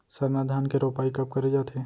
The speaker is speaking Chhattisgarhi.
सरना धान के रोपाई कब करे जाथे?